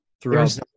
throughout